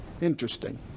Interesting